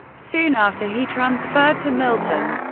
soon after he transferred to milton,